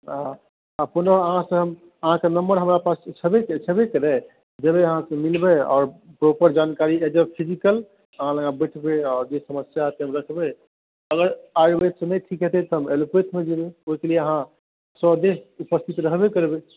तऽअखनो अहाँ से हम अहाँके नम्बर हमरा पास छैबे करै जेबै अहाँ से मिलबै आओर प्रॉपर जानकारी एज ए फिजिकल अहाँ लग बैसबै आओर जे समस्या सभ देखबै अगर आयुर्वेद से नहि ठीक हेतै तऽ एलोपैथ दिश जेबै सोचलियै अहाँ स्वदेह उपस्थित रहबे करबै